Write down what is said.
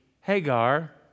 Hagar